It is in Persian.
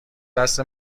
دست